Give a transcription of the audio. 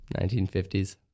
1950s